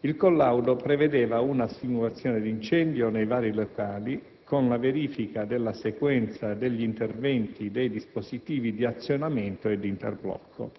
Il collaudo prevedeva una simulazione di incendio nei vari locali con la verifica della sequenza degli interventi dei dispositivi di azionamento ed interblocco.